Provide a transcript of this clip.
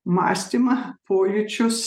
mąstymą pojūčius